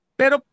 pero